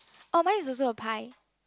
oh mine is also a pie